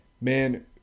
man